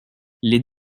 les